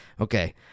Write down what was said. Okay